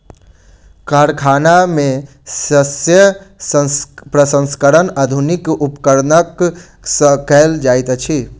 कारखाना में शस्य प्रसंस्करण आधुनिक उपकरण सॅ कयल जाइत अछि